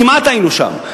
כמעט היינו שם.